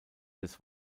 des